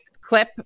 clip